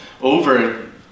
over